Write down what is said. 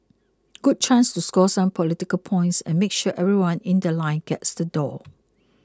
good chance to score some political points and make sure everyone in The Line gets the doll